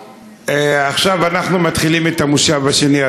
עכשיו אנחנו מתחילים את המושב השני,